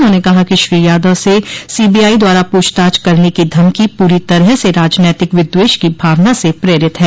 उन्होंने कहा कि श्री यादव से सीबीआई द्वारा पूछताछ करने की धमकी पूरी तरह से राजनैतिक विद्वेष की भावना से प्रेरित है